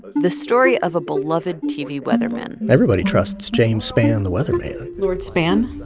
the story of a beloved tv weatherman. everybody trusts james spann, the weatherman lord spann.